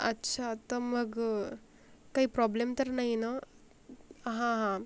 अच्छा तर मग काही प्रॉब्लेम तर नाही ना हां हां